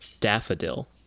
daffodil